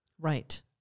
Right